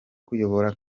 kuyobora